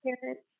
parents